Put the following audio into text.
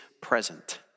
present